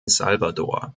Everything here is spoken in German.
salvador